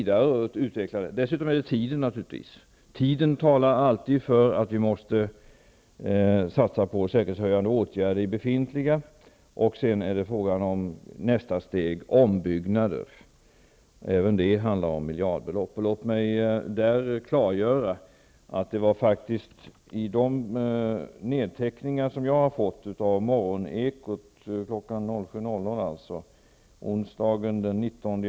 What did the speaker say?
Dessutom talar tiden för att vi skall satsa på säkerhetshöjande åtgärder i befintliga anläggningar. Nästa steg blir ombyggnader, men då handlar det om miljardbelopp. Jag har tagit del av nedteckningar från det som sades i Morgonekot onsdagen den 19 februari kl. 7.00.